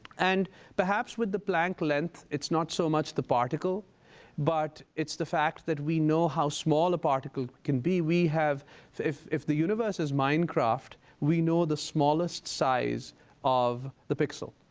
and perhaps with the planck length, it's not so much the particle but it's the fact that we know how small a particle can be. we have if if the universe is minecraft, we know the smallest size of the pixel,